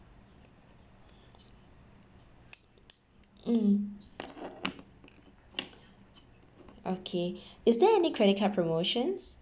mm okay is there any credit card promotions